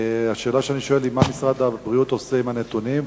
השאלה שאני שואל מה משרד הבריאות עושה עם הנתונים,